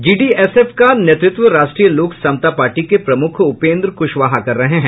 GDSF का नेतृत्व Rashtriya Lok Samta party के प्रमुख उपेन्द्र कुशवाहा कर रहे हैं